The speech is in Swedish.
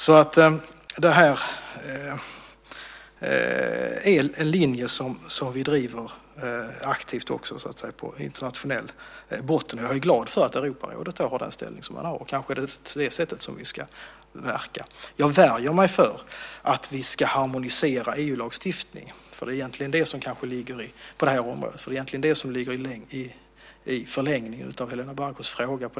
Detta är alltså en linje som vi driver aktivt också på internationell botten. Jag är glad för att Europarådet här har den inställning man har. Kanske är det på det sättet vi ska verka. Jag värjer mig för att vi ska harmonisera EU-lagstiftningen på det här området - det är ju kanske det som egentligen ligger i förlängningen av Helena Bargholtz fråga.